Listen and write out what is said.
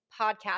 podcast